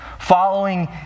following